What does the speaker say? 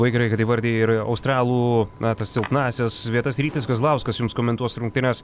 labai gerai kad įvardijai ir australų na ta silpnąsias vietas rytis kazlauskas jums komentuos rungtynes